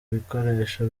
bikoresho